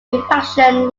refraction